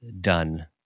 done